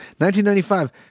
1995